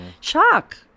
shock